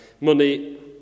money